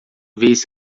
vez